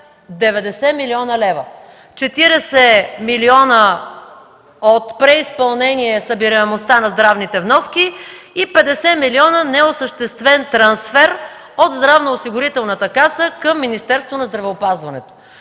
90 млн. лв.: 40 млн. лв. от преизпълнение на събираемостта на здравните вноски и 50 милиона – неосъществен трансфер от Здравноосигурителната каса към Министерството на здравеопазването.